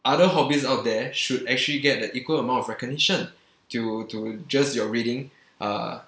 other hobbies out there should actually get the equal amount of recognition to to just your reading uh